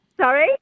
Sorry